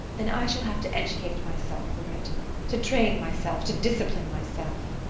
then i shall have to educate myself for it to train myself to discipline myself.